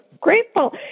grateful